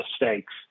mistakes